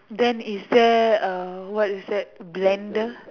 then is there uh what is that blender